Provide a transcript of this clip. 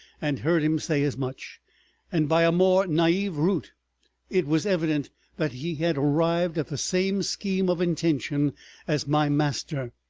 and heard him say as much and by a more naive route it was evident that he had arrived at the same scheme of intention as my master.